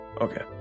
Okay